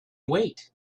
wait